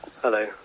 Hello